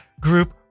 group